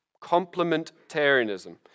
Complementarianism